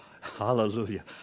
hallelujah